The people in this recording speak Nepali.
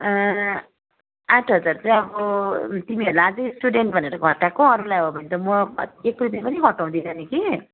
आठ हजार चाहिँ अब तिमीहरूलाई अझै स्टुडेन्ट भनेर घटाएको अरूलाई हो भने त म एक रुपियाँ पनि घटाउँदिनँ कि